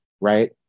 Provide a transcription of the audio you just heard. right